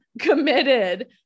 committed